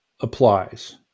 applies